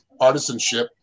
artisanship